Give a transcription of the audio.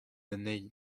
anezhi